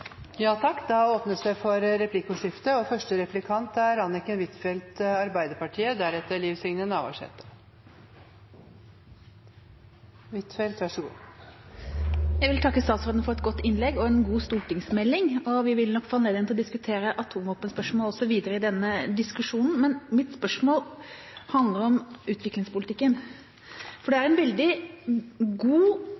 Det blir replikkordskifte. Jeg vil takke utenriksministeren for et godt innlegg og en god stortingsmelding, og vi vil nok få anledning til å diskutere atomvåpenspørsmålet også videre i denne debatten. Men mitt spørsmål handler om utviklingspolitikken, for det